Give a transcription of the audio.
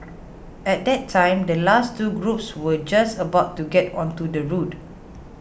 at that time the last two groups were just about to get onto the route